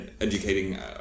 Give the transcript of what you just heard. educating